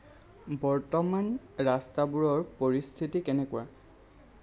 বৰ্তমান ৰাস্তাবোৰৰ পৰিস্থিতি কেনেকুৱা